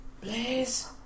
blaze